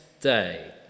day